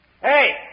Hey